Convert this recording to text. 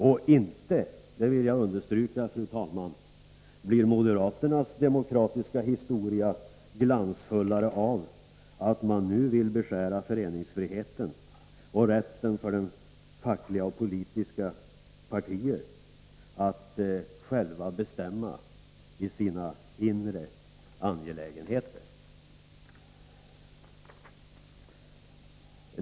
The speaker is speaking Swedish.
Och inte — det vill jag understryka, fru talman — blir moderaternas demokratiska historia glansfullare av att man nu vill beskära föreningsfriheten och rätten för fackliga och politiska partier att själva bestämma i sina inre angelägenheter.